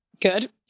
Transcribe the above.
good